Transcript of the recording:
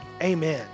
Amen